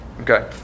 Okay